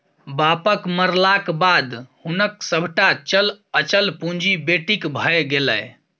बापक मरलाक बाद हुनक सभटा चल अचल पुंजी बेटीक भए गेल